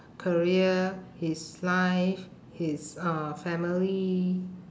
career his life his uh family